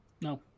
No